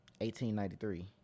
1893